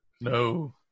No